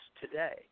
today